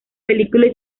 película